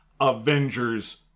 Avengers